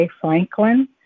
Franklin